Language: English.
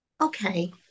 okay